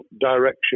direction